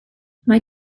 mae